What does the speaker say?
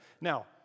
Now